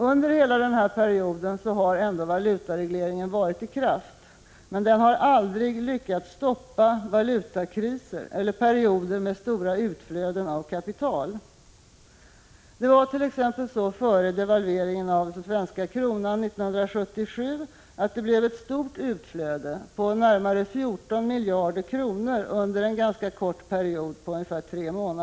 Under hela denna period har dock valutaregleringen varit i kraft. Den lyckades emellertid inte stoppa valutakriser eller perioder med stora utflöden av kapital. Före devalveringen av den svenska kronan 1977 uppgick t.ex. utflödet till ca 14 miljarder kronor under en tremånadersperiod.